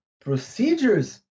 procedures